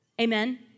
Amen